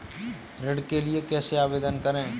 ऋण के लिए कैसे आवेदन करें?